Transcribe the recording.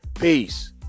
Peace